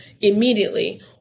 immediately